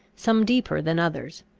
some deeper than others,